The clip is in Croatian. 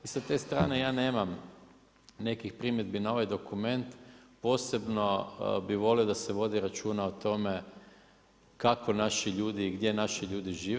I sa te strane ja nemam nekih primjedbi na ovaj dokument, posebno bi volio da se vodi računa o tome, kako naši ljudi, gdje naši ljudi žive.